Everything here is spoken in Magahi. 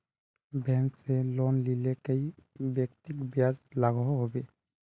बैंक से लोन लिले कई व्यक्ति ब्याज लागोहो होबे?